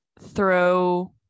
throw